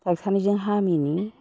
ड'क्टरनिजों हामैनि